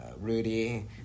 Rudy